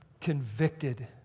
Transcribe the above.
convicted